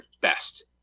best